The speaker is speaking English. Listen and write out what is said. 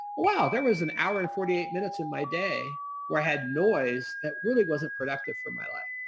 wow. there was an hour and forty eight minutes in my day where i had noise that really wasn't productive for my life.